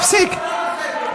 עצור, עצור, סליחה.